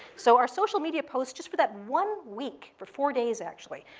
so our social media post, just for that one week for four days, actually,